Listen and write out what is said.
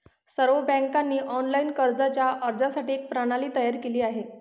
सर्व बँकांनी ऑनलाइन कर्जाच्या अर्जासाठी एक प्रणाली तयार केली आहे